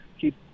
keep